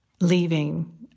leaving